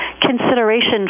consideration